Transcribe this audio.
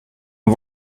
een